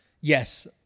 yes